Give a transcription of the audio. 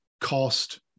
cost